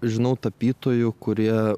žinau tapytojų kurie